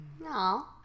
No